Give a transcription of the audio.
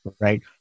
right